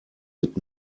mit